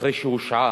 אחרי שהושעה,